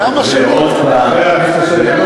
כמה זמן עוד תשתמש בזה?